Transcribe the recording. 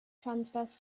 transverse